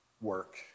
work